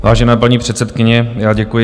Vážená paní předsedkyně, děkuji.